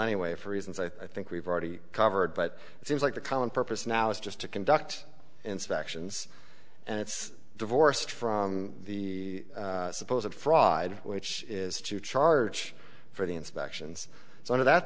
anyway for reasons i think we've already covered but it seems like the common purpose now is just to conduct inspections and it's divorced from the supposed fraud which is to charge for the inspections